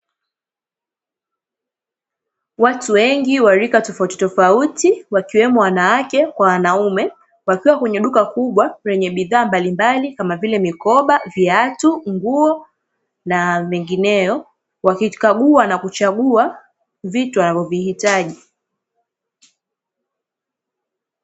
Watu wengi wa rika tofautifofauti wakiwemo wanawake kwa wanaume, wakiwa kwenye duka kubwa lenye bidhaa mbalimbali kama vile: mikoba, viatu, nguo na mengineyo; wakikagua na kuchagua vitu wanavyovihitaji.